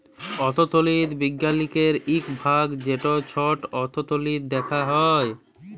অথ্থলিতি বিজ্ঞালের ইক ভাগ যেট ছট অথ্থলিতি দ্যাখা হ্যয়